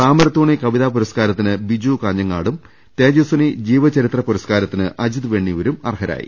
താമരത്തോണി കവിതാ പുരസ്കാരത്തിന് ബിജു കാഞ്ഞങ്ങാടും തേജസിനി ജീവചരിത്ര പുരസ്കാരത്തിന് അജിത് വെണ്ണിയൂരും അർഹരായി